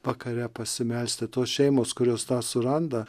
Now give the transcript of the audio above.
vakare pasimelsti tos šeimos kurios tą suranda